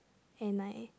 and I